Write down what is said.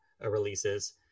releases